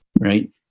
right